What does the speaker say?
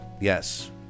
Yes